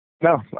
No